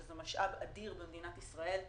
שזה משאב אדיר במדינת ישראל,